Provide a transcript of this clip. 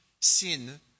sin